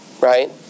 right